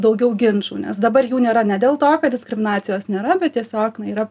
daugiau ginčų nes dabar jų nėra ne dėl to kad diskriminacijos nėra bet tiesiog na yra